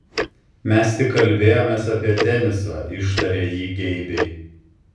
mes tik kalbėjomės apie tenisą ištarė ji geibiai